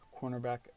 cornerback